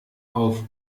auf